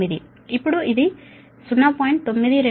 8 ఇప్పుడు అది 0